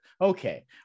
Okay